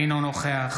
אינו נוכח